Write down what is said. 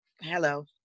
hello